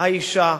האשה.